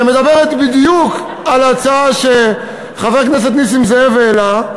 שמדברת בדיוק על ההצעה שחבר הכנסת נסים זאב העלה.